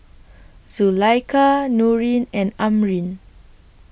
Zulaikha Nurin and Amrin